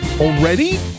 Already